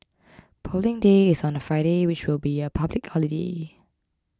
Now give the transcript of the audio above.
Polling Day is on a Friday which will be a public holiday